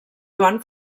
joan